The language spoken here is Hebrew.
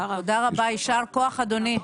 תודה רבה, יישר כוח, אדוני.